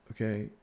okay